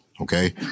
Okay